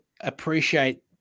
appreciate